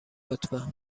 لطفا